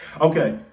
okay